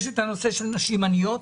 יש את הנושא של נשים עניות,